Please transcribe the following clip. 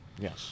Yes